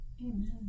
Amen